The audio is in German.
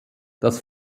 das